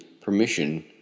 permission